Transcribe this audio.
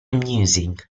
amusing